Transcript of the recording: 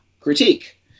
critique